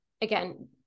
again